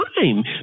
time